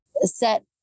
set